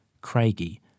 Craigie